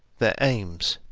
their aims,